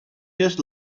years